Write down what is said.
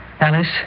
Alice